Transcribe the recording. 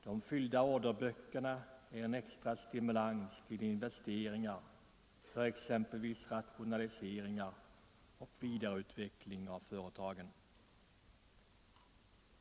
De fyllda orderböckerna är en extra stimulans till investeringar för exempelvis rationaliseringar och vidareutveckling av företagen.